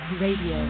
radio